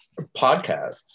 podcasts